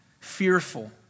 fearful